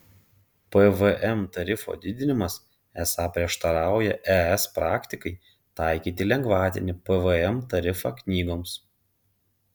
pvm tarifo didinimas esą prieštarauja es praktikai taikyti lengvatinį pvm tarifą knygoms